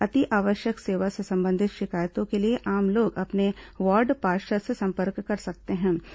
अति आवश्यक सेवा से संबंधित शिकायतों के लिए आम लोग अपने वार्ड पार्षद से संपर्क कर सकेंगे